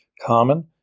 common